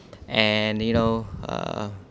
and you know uh